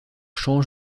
changent